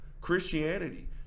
Christianity